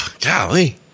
Golly